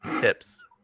Tips